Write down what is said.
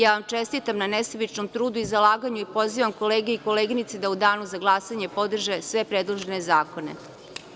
Ja vam čestitam na nesebičnom trudu i zalaganju i pozivam kolege i koleginice da u danu za glasanje podrže sve predložene zakone.